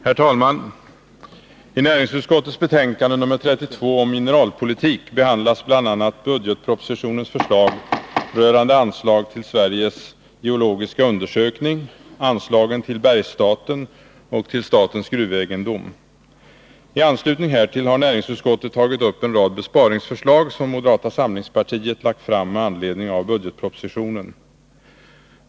Herr talman! I näringsutskottets betänkande nr 32 om mineralpolitik behandlas bl.a. budgetpropositionens förslag rörande anslag till Sveriges geologiska undersökning, till Bergsstaten och till Statens gruvegendom. I anslutning härtill har näringsutskottet tagit upp en rad besparingsförslag som moderata samlingspartiet lagt fram med anledning av budgetpropositionen.